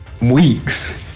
weeks